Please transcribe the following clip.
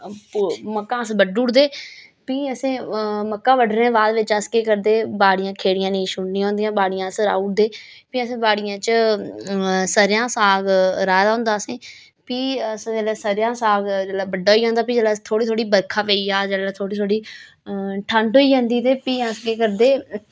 मक्कां अस बड्डू उड़दे फ्ही असें मक्कां बड्डने दे बाद बिच्च अस केह् करदे बाड़ियां खेड़ियां नेईं छोड़नियां होंदियां अस राऊ उड़दे फ्ही अस बाड़ियें च सरेआं दा साग राहे दा होंंदा असें फ्ही अस जेल्लै सरेआं दा साग जेल्लै बड्डा होई जंदा फ्ही जेल्लै अस थोह्ड़ी थोह्ड़ी बरखा पेई जा जेल्लै थोह्ड़ी थोह्ड़ी ठंड होई जंदी ते फ्ही अस केह् करदे